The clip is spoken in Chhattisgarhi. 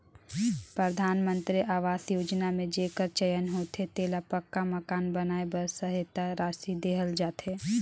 परधानमंतरी अवास योजना में जेकर चयन होथे तेला पक्का मकान बनाए बर सहेता रासि देहल जाथे